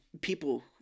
people